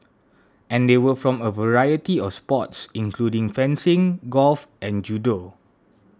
and they were from a variety of sports including fencing golf and judo